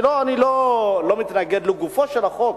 אני לא מתנגד לגופו של החוק,